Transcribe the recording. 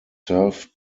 served